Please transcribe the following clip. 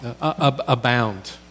abound